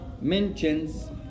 mentions